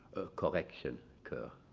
correction curve.